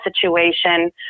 situation